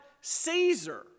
Caesar